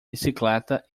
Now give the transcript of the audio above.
bicicleta